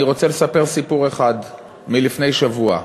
אני רוצה לספר סיפור אחד מלפני שבוע,